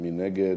מי נגד?